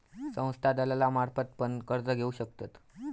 संस्था दलालांमार्फत पण कर्ज घेऊ शकतत